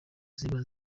ziba